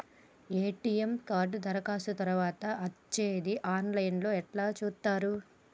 ATM card దరఖాస్తు తరువాత వచ్చేది ఆన్ లైన్ లో ఎట్ల చూత్తరు?